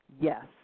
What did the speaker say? Yes